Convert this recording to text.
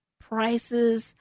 prices